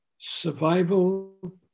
survival